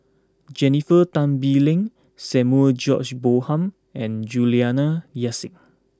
Jennifer Tan Bee Leng Samuel George Bonham and Juliana Yasin